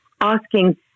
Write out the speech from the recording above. asking